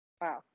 Wow